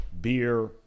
beer